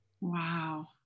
Wow